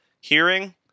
Hearing